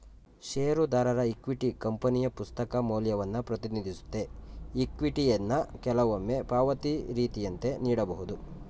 ಷೇರುದಾರರ ಇಕ್ವಿಟಿ ಕಂಪನಿಯ ಪುಸ್ತಕ ಮೌಲ್ಯವನ್ನ ಪ್ರತಿನಿಧಿಸುತ್ತೆ ಇಕ್ವಿಟಿಯನ್ನ ಕೆಲವೊಮ್ಮೆ ಪಾವತಿ ರೀತಿಯಂತೆ ನೀಡಬಹುದು